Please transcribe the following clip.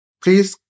please